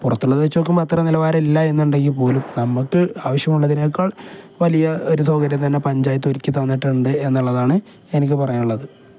പുറത്തുള്ളത് വച്ചു നോക്കുമ്പോൾ അത്ര നിലവാരമില്ലെ എ എന്നുണ്ടെങ്കിൽ പോലും നമുക്ക് ആവശ്യമുള്ളതിനേക്കൾ വലിയ ഒരു സൗകര്യം തന്നെ പഞ്ചായത്ത് ഒരുക്കി തോന്നിട്ടുണ്ട് എന്നുള്ളതാണ് എനിക്ക് പറയാനുള്ളത്